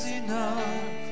enough